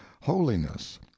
holiness